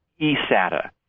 eSATA